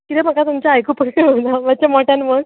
कितें म्हाका तुमचें आयकुपाकूच येवंक ना मात्शें मोट्यान म्हण